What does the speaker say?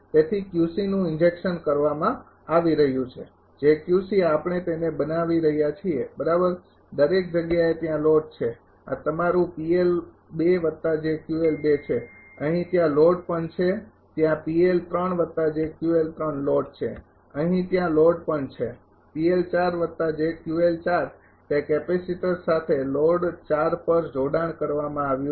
તેથી નું ઇન્જેક્શન કરવામાં આવી રહ્યું છે આપણે તેને બનાવી રહ્યા છીએ બરાબર અને દરેક જગ્યાએ ત્યાં લોડ છે આ તમારું છે અહીં ત્યાં લોડ પણ છે ત્યાં લોડ છે અહીં ત્યાં લોડ પણ છે તે કેપેસિટર સાથે લોડ પર જોડાણ કરવામાં આવ્યું છે